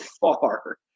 far